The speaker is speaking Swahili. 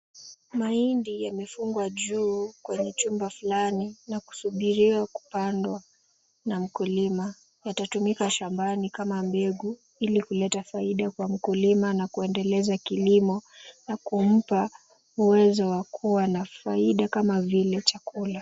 Mahindi yamefungwa juu kwenye chumba fulani na kusubiriwa kupandwa na mkulima. Itatumika shambani kama mbegu ili kuleta faida kwa mkulima na kuendeleza kilimo na kumpa uwezo wa kuwa na faida kama vile chakula.